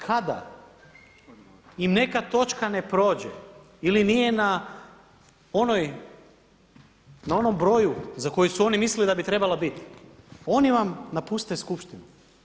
Kada im neka točka ne prođe ili nije na onoj, na onom broju za koji su oni mislili da treba biti oni vam napuste skupštinu.